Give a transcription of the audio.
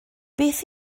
beth